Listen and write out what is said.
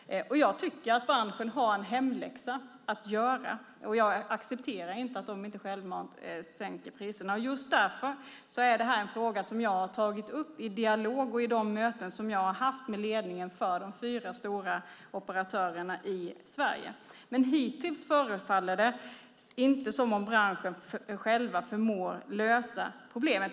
Jag tycker att branschen har en hemläxa att göra. Jag accepterar inte att de inte sänker priserna självmant. Just därför är det här en fråga som jag har tagit upp i dialog och i de möten som jag har haft med ledningen för de fyra stora operatörerna i Sverige. Men hittills förefaller det inte som att branschen själv förmår lösa problemet.